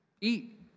Eat